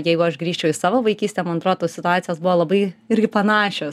jeigu aš grįžčiau į savo vaikystę man atrodo tos situacijos buvo labai irgi panašios